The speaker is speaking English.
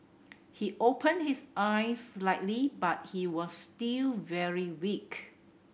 he opened his eyes slightly but he was still very weak